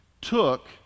took